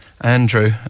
Andrew